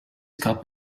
cup